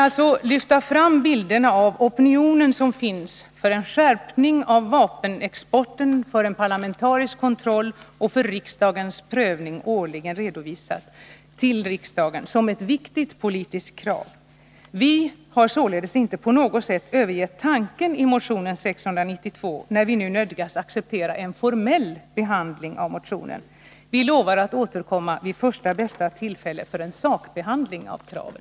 Jag ville lyfta fram bilderna av den opinion som finns för en skärpning av vapenexportlagstiftningen och för ett parlamentariskt organ för kontroll av vapenexporten genom årligen återkommande redovisning till riksdagen för riksdagens prövning. Den opinionen för fram detta som ett viktigt politiskt krav. Vi har således på intet sätt övergett tanken i motionen 692, när vi nu nödgas acceptera en formell behandling av motionen. Vi lovar återkomma vid första bästa tillfälle för en sakbehandling av kraven.